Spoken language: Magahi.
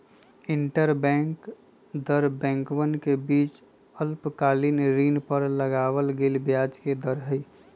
इंटरबैंक दर बैंकवन के बीच अल्पकालिक ऋण पर लगावल गेलय ब्याज के दर हई